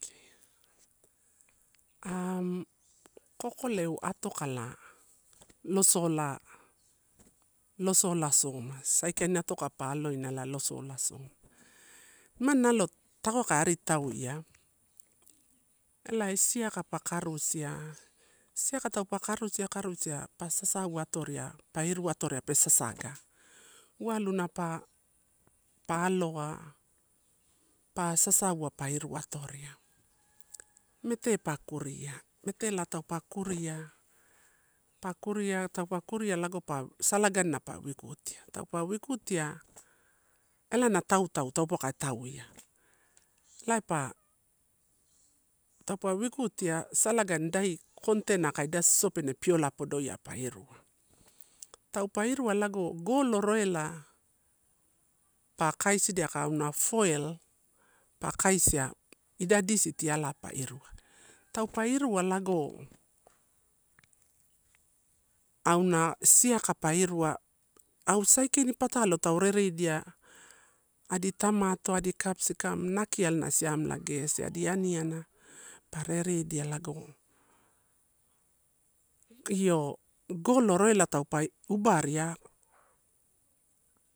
Kokoleu atokala losola, losola soma saikaini atoka pa aloina ela losolasoma. Ma nalo, tago ka ari tauia, elai siaka pa karusia, siaka taupe karusia, karusia pa sasau atoria pa iru atoria pe sasaga, uawai na pa aloa, pa sasau pa iru atoria. Mete pa kuria, metela taupe kuria, pa kuria taupe kuria laggo pa salaganina a wikutia, taupe wikutia, ela na tautau, taupauwa pa tauia. Elaipa, taupe wikutia, salagani idai container aka idai sosopene piola podoia pa inia. Taupa irua lago go lo roila pa kaisidia ka auna foil pa kaisia idai disi tialai pa irua. Taupa irua lago, auna siaka pa irua, au saike ini patalo tau redidia, adi tamato, adi capsikam, nakia ela na siamela gesi, adi aniana pa reridia lago io golo roila taupe u baria.